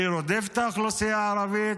שרודף את האוכלוסייה הערבית,